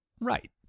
Right